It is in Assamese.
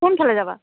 কোনফালে যাবা